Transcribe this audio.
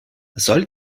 soll